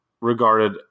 regarded